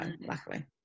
luckily